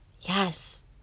yes